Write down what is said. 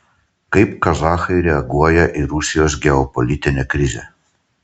kaip kazachai reaguoja į rusijos geopolitinę krizę